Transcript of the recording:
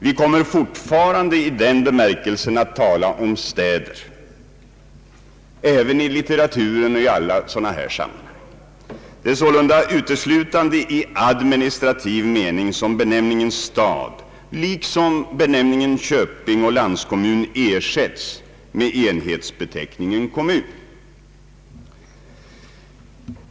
Vi kommer fortfarande i den bemärkelsen att tala om städer, även i litteraturen. Det är sålunda uteslutande i administrativ mening som benämningen stad liksom benämningen köping och landskommun ersätts med enhetsbeteckningen kommun.